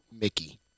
Mickey